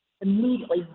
immediately